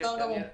בסדר גמור.